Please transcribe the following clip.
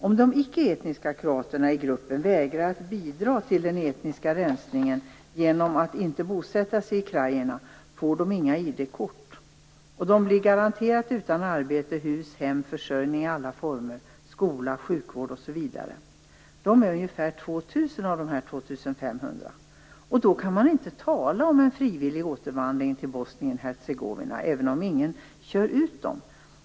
Om de icke etniska kroaterna i gruppen vägrar att bidra till den etniska rensningen genom att inte bosätta sig i Krajina får de inga ID-kort, och de blir garanterat utan arbete, hus, hem och försörjning i alla former samt skola, sjukvård osv. Det handlar om ungefär 2 000 av de 2 500. Då kan man inte tala om en frivillig återvandring till Bosnien-Hercegovina, även om ingen kör ut dem.